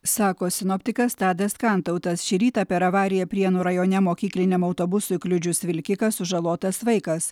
sako sinoptikas tadas kantautas šį rytą per avariją prienų rajone mokykliniam autobusui kliudžius vilkiką sužalotas vaikas